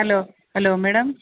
hello hello madam